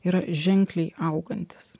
yra ženkliai augantis